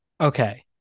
Okay